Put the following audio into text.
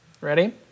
Ready